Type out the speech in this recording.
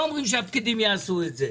לא אומרים שהפקידים יעשו את זה.